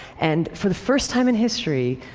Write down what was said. and for the first time in history,